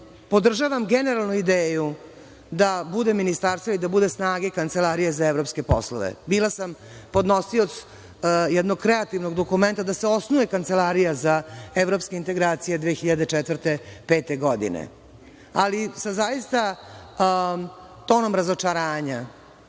podržavam generalno ideju da bude ministarstva i da bude snage Kancelarija za evropske poslove. Bila sam podnosioc jednog kreativnog dokumenta da se osnuje Kancelarija za evropske integracije 2004, 2005. godine, ali sa zaista tonom razočaranja.